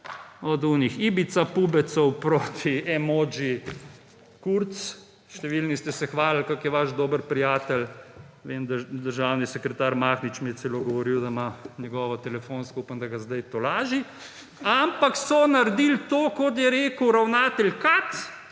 Od tistih Ibica-pubecev proti emodži Kurz, številni ste se hvalili, kako je vaš dober prijatelj. Vem, da mi je državni sekretar Mahnič celo govoril, da ima njegovo telefonsko. Upam, da ga zdaj tolaži. Ampak so naredili to, kot je rekel ravnatelj Katz